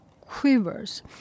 quivers